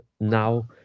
now